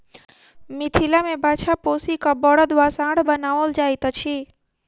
मिथिला मे बाछा पोसि क बड़द वा साँढ़ बनाओल जाइत अछि